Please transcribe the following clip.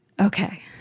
Okay